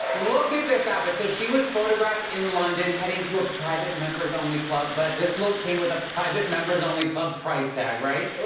look at this outfit. so she was photographed in london heading to a private members-only club, but this look came with a private members-only club price tag, right?